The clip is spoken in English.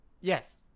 Yes